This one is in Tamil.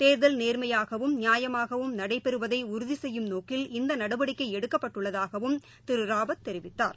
தேர்தல் நேர்மையாகவும் நியாயமாகவும் நடைபெறுவதைஉறுதிசெய்யும் நோக்கில இந்தநடவடிக்கைஎடுக்கப்பட்டுள்ளதாகவும் திருராவத் தெரிவித்தார்